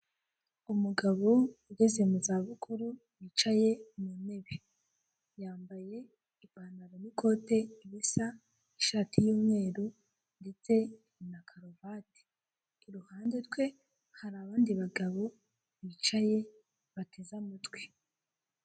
Inzu mberabyombi ikorerwamo inama, hakaba harimo haraberamo inama y'abantu benshi batandukanye, bicaye ku ntebe z'imikara bazengurutse, n'abandi bicaye ku ntebe z'imikara inyuma yabo hari imeza imwe ifite ibara ry'umutuku kuri ayo meza harihoho amatelefone n'amamikoro yo kuvugiramo.